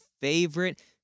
favorite